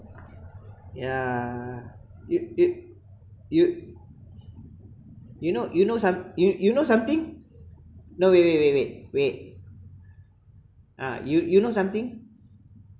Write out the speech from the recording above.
yeah you you you you know you know some you you know something no wait wait wait wait wait ah you you know something